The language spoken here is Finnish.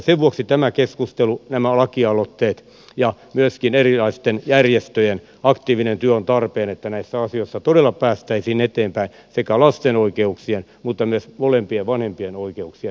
sen vuoksi tämä keskustelu nämä lakialoitteet ja myöskin erilaisten järjestöjen aktiivinen työ ovat tarpeen jotta näissä asioissa todella päästäisiin eteenpäin sekä lasten oikeuksien että myös molempien vanhempien oikeuksien näkökulmasta